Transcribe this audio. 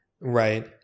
Right